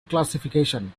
classification